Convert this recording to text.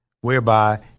Whereby